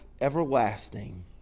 Everlasting